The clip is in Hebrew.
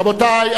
רבותי,